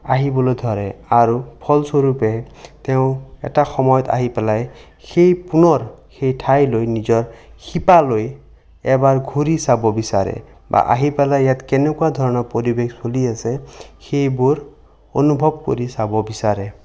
আহিবলৈ ধৰে আৰু ফলস্বৰূপে তেওঁ এটা সময়ত আহি পেলাই সেই পুনৰ সেই ঠাইলৈ নিজৰ শিপালৈ এবাৰ ঘূৰি চাব বিচাৰে বা আহি পেলাই ইয়াত কেনেকুৱা ধৰণৰ পৰিৱেশ চলি আছে সেইবোৰ অনুভৱ কৰি চাব বিচাৰে